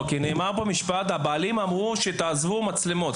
נאמר פה משפט: הבעלים אמרו שתעזבו בגלל המצלמות.